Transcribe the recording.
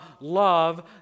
love